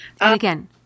again